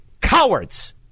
Cowards